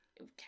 Okay